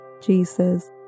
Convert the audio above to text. Jesus